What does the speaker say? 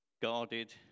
Guarded